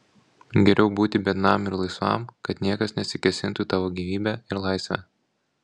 geriau būti biednam ir laisvam kad niekas nesikėsintų į tavo gyvybę ir laisvę